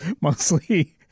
mostly